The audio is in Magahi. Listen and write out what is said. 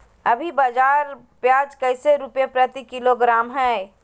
अभी बाजार प्याज कैसे रुपए प्रति किलोग्राम है?